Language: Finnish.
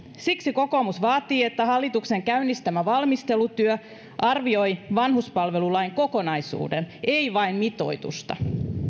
siksi kokoomus vaatii että hallituksen käynnistämä valmistelutyö arvioi vanhuspalvelulain kokonaisuuden ei vain mitoitusta